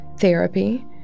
therapy